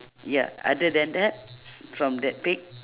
ya other than that from that pic